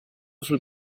sul